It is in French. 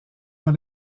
dans